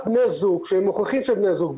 רק בני זוג שהם מוכיחים שהם בני זוג,